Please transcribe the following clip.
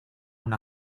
una